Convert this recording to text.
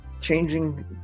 changing